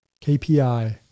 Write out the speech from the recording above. KPI